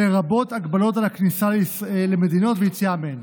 לרבות הגבלות על כניסה למדינות ויציאה מהן.